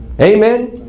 Amen